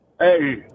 Hey